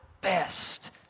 best